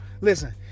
Listen